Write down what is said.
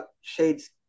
shades